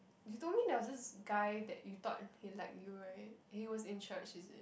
you told me there was this guy that you thought he like you right he was in church is it